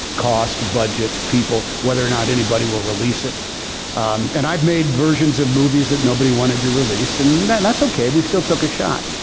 cost, budget, people, whether or not anybody will release it and i've made versions of movies that nobody wanted to release and that's okay. we still took a shot.